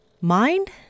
Mind